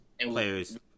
players